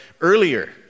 earlier